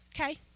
Okay